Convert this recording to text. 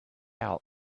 out